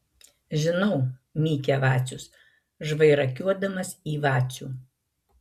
žinau mykia vacius žvairakiuodamas į vacių